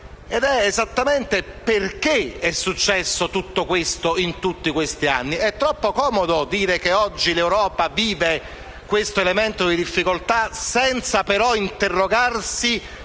ed è esattamente il perché è accaduto tutto questo in tutti questi anni. È troppo comodo dire che oggi l'Europa vive questo momento di difficoltà senza però interrogarsi